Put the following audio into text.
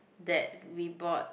that we bought